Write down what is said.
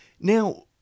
Now